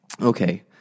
okay